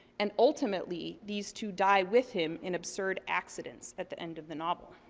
and ultimately these two die with him in absurd accidents at the end of the novel.